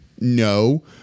No